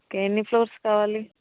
okay ఎన్ని floors కావాలి